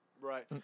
Right